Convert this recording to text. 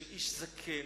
של איש זקן,